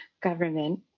government